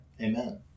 Amen